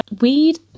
weed